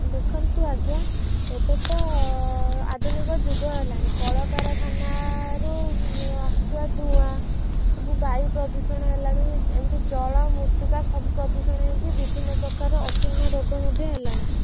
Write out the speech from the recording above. ଦେଖନ୍ତୁ ଆଜ୍ଞା ଏବେ ତ ଆଧୁନିକ ଯୁଗ ହେଲାଣି କଳକାରଖାନାରୁ ଆସିୁଥିବା ଧୂଆଁ ସବୁ ବାୟୁ ପ୍ରଦୂଷଣ ହେଲାଣି ଏମିତି ଜଳ ମୂର୍ତ୍ତିକା ସବୁ ପ୍ରଦୂଷଣ ହେଇକି ବିଭିନ୍ନ ପ୍ରକାର ଅଚିହ୍ନା ରୋଗ ମଧ୍ୟ ହେଲାଣି